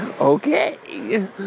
Okay